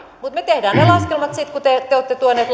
mutta me teemme ne ne laskelmat sitten kun te olette tuoneet